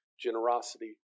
generosity